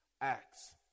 Acts